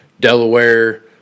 Delaware